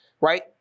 right